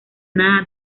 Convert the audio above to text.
nada